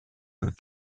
que